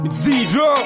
zero